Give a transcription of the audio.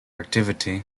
activity